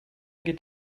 geht